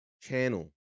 channel